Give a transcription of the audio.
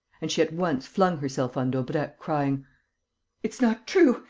and she at once flung herself on daubrecq, crying it's not true.